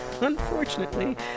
unfortunately